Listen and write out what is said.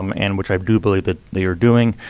um and which i do believe that they are doing.